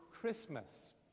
Christmas